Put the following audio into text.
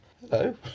Hello